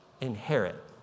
Inherit